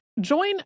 Join